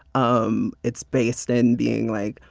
um it's based in being like,